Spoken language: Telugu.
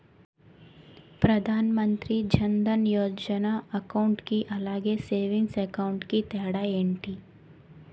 ప్రధాన్ మంత్రి జన్ దన్ యోజన అకౌంట్ కి అలాగే సేవింగ్స్ అకౌంట్ కి తేడా ఏంటి?